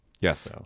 Yes